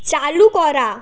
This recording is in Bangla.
চালু করা